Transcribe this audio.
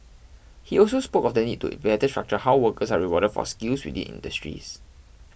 he also spoke of the need to better structure how workers are rewarded for skills within industries